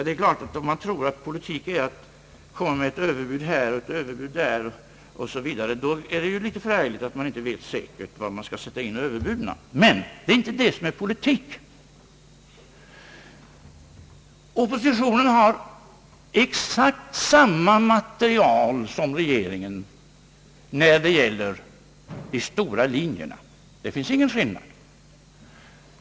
Det är klart att om man tror att politik är att komma med ett överbud här och ett överbud där och så vidare, då är det ju förargligt att man inte vet säkert var man skall sätta in överbuden. Men det är inte det som är politik. Oppositionen har exakt samma mate rial som regeringen när det gäller de stora linjerna. Det finns ingen skillnad.